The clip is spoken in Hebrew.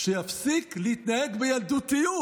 "שיפסיק להתנהג בילדותיות".